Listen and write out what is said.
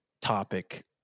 topic